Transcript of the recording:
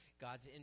God's